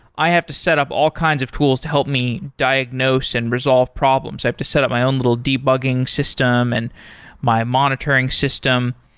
i have to set up all kinds of tools to help me diagnose and resolve problems. i have to set up my own little debugging system and my monitoring system.